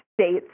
states